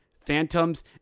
Phantoms